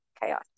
chaos